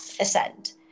ascend